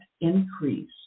increase